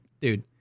dude